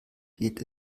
geht